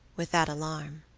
with that alarm.